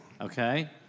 Okay